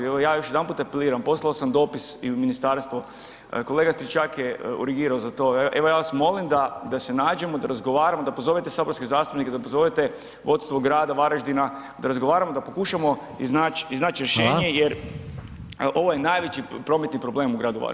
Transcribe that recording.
Evo ja još jedanput apeliram, poslao sam dopis i u ministarstvo, kolega Stričak je urgirao za to evo ja vas molim da se nađemo, da razgovaramo, da pozovete saborske zastupnike, da pozovete vodstvo grada Varaždina, da razgovaramo, da pokušamo iznaći rješenje jer ovo je najveći prometni problem u gradu Varaždinu.